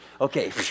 okay